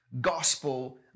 gospel